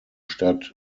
stadt